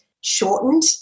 shortened